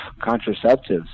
contraceptives